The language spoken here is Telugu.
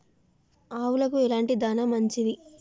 ఆవులకు ఎలాంటి దాణా మంచిది?